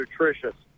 nutritious